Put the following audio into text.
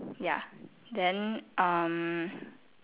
ya then um